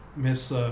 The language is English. Miss